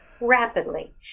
rapidly